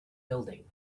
building